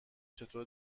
چطور